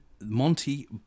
Monty